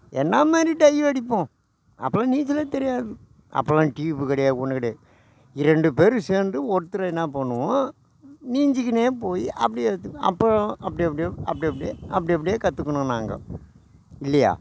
என்ன மாதிரி டைவ் அடிப்போம் அப்போதுலாம் நீச்சல் தெரியாது அப்போதுலாம் டீயூப் கிடையாது ஒன்றும் கிடையாது இரண்டு பேர் சேர்ந்து ஒருத்தரை என்ன பண்ணுவோம் நீஞ்சிக்குனே போய் அப்படியே எடுத்து அப்பறம் அப்படி அப்படியே அப்படி அப்படியே அப்படி அப்படியே கத்துக்கினோம் நாங்கள் இல்லையா